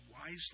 wisely